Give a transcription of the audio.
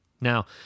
Now